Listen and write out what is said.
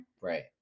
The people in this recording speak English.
Right